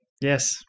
yes